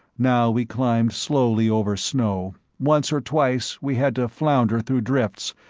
now we climbed slowly over snow once or twice we had to flounder through drifts,